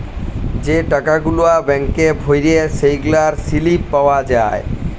যে টাকা গুলা ব্যাংকে ভ্যইরে সেগলার সিলিপ পাউয়া যায়